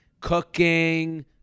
Cooking